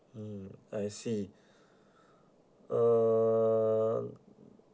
mm I see uh